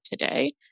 today